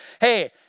Hey